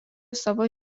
savo